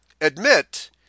admit